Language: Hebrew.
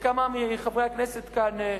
שכמה מחברי הכנסת כאן,